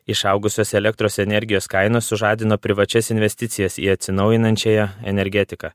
išaugusios elektros energijos kainos sužadino privačias investicijas į atsinaujinančiąją energetiką